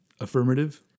Affirmative